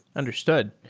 understood.